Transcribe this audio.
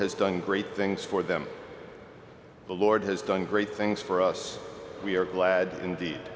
has done great things for them the lord has done great things for us we are glad indeed